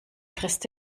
frisst